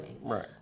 Right